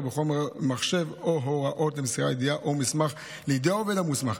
בחומר מחשב או הוראות למסירת ידיעה או מסמך לידי העובד המוסמך.